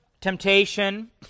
temptation